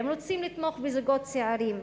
והם רוצים לתמוך בזוגות צעירים.